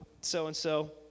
so-and-so